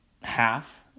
half